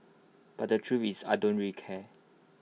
but the truth is I don't really care